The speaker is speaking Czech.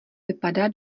vypadá